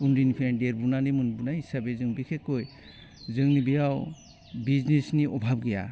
उन्दैनिफ्रायनो देरबोनानै मोनबोनाय हिसाबै जों बिखेखकय जोंनि बेयाव बिजनेसनि अभाब गैया